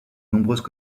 nombreuses